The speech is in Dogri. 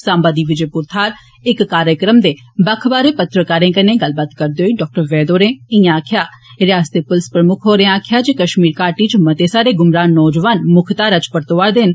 साम्बा दी विजयपुर थाहर इक कार्यक्रम दे बक्ख बाहरें पत्रकारें कन्नै गल्ल करदे होई डाक्टर वैद होरें इय्यां आक्खेआ रियासती पुलस प्रमुक्ख होरें आक्खेआ जे कश्मीर घाटी च मते सारे गुमराह नौजोआन मुक्ख घारा च परंतोआ'रदे न